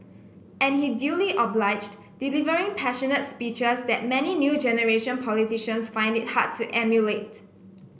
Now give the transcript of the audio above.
and he duly obliged delivering passionate speeches that many new generation politicians find it hard to emulate